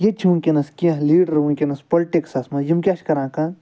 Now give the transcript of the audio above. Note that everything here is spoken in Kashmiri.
ییٚتہِ چھِ وٕنۍکٮ۪نَس کینٛہہ لیٖڈَر وٕنۍکٮ۪نَس پُلٹِکسَس مَنٛز یِم کیاہ چھِ کران